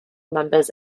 members